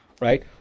right